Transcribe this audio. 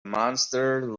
monster